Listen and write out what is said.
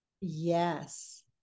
Yes